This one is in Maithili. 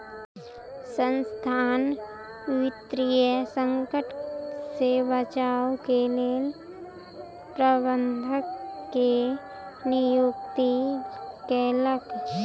संसथान वित्तीय संकट से बचाव के लेल प्रबंधक के नियुक्ति केलक